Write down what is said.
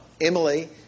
Emily